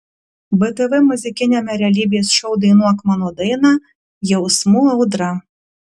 btv muzikiniame realybės šou dainuok mano dainą jausmų audra